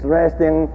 resting